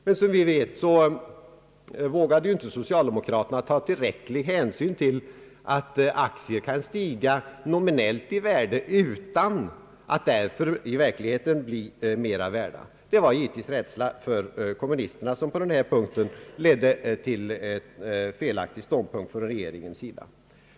Men som vi vet vågade socialdemokraterna inte ta tillräcklig hänsyn till att aktier kan stiga nominellt i värde utan att därför i verkligheten bli mera värda. Det var givetvis rädslan för kommunisterna, som gjorde att regeringen intog en felaktig ståndpunkt i den frågan.